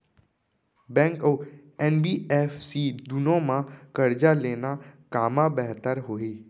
Bank अऊ NBFC दूनो मा करजा लेना कामा बेहतर होही?